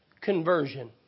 conversion